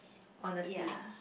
honesty